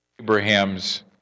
Abraham's